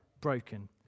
broken